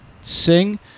sing